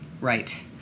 right